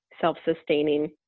self-sustaining